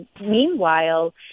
meanwhile